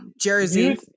Jersey